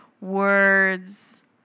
Words